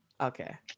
Okay